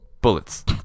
Bullets